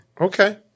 Okay